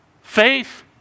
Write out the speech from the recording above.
faith